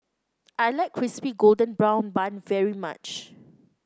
I like Crispy Golden Brown Bun very much